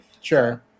sure